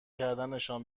کردنشان